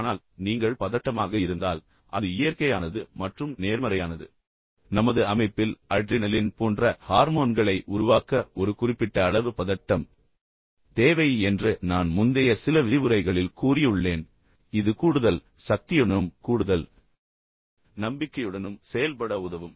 ஆனால் நீங்கள் பதட்டமாக இருந்தால் அது இயற்கையானது மற்றும் நேர்மறையானது என்பதை நீங்கள் புரிந்து கொள்ள வேண்டும் நமது அமைப்பில் அட்ரினலின் போன்ற ஹார்மோன்களை உருவாக்க ஒரு குறிப்பிட்ட அளவு பதட்டம் தேவை என்று நான் முந்தைய சில விரிவுரைகளில் கூறியுள்ளேன் இது கூடுதல் சக்தியுடனும் கூடுதல் நம்பிக்கையுடனும் செயல்பட உதவும்